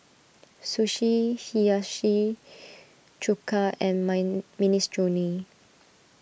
Sushi Hiyashi Chuka and mine Minestrone